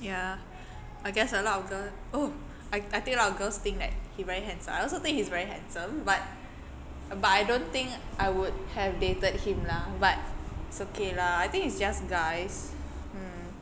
ya I guess a lot of girls oh I I think a lot of girls think that he very handsome I also think he's very handsome but but I don't think I would have dated him lah but it's okay lah I think it's just guys hmm